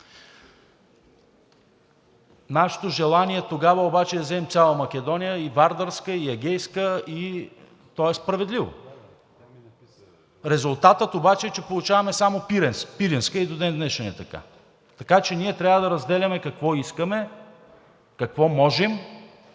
Нашето желание тогава обаче е да вземем цяла Македония – и Вардарска, и Егейска, и то е справедливо. Резултатът обаче е, че получаваме само Пиринска и до ден днешен е така. Така че ние трябва да разделяме какво искаме, какво можем